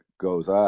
goes